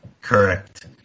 Correct